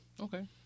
Okay